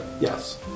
Yes